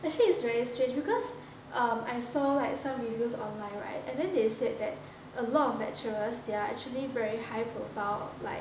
actually it's very strange because err I saw like some reviews online right and then they said that a lot of lecturers they are actually very high profile like